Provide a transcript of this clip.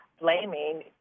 blaming